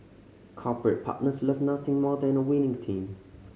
corporate partners love nothing more than a winning team